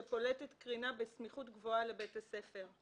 שפולטת קרינה בסמיכות גבוהה לבית הספר.